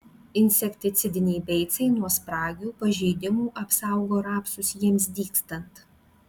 insekticidiniai beicai nuo spragių pažeidimų apsaugo rapsus jiems dygstant